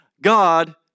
God